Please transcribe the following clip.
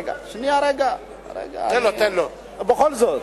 רגע, שנייה, רגע, בכל זאת,